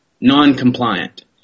non-compliant